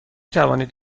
توانید